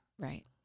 Right